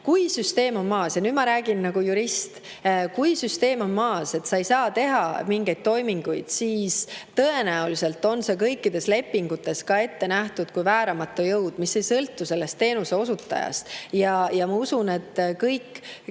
Kui süsteem on maas – ja nüüd ma räägin nagu jurist – ja sa ei saa teha mingeid toiminguid, siis tõenäoliselt on see kõikides lepingutes ka ette nähtud kui vääramatu jõud, mis ei sõltu teenuseosutajast. Ma usun, et kõik,